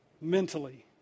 mentally